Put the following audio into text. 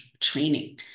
training